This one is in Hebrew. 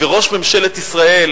וראש ממשלת ישראל,